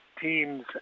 teams